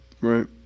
Right